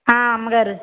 అమ్మగారు